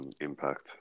Impact